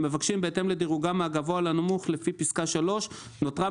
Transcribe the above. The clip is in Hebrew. למבקשים בהתאם לדירוגם מהגבוה לנמוך לפי פסקה (3); נותרה